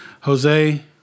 Jose